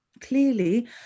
clearly